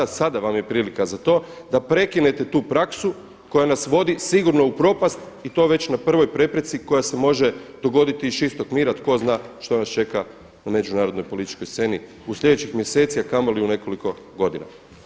Sada vam je prilika za to da prekinete tu praksu koja nas vodi sigurno u propast i to već na prvoj prepreci koja se može dogoditi iz čistog mira, tko zna što nas čeka na međunarodnoj političkoj sceni u slijedećih mjeseci a kamoli u nekoliko godina.